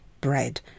bread